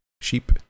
sheep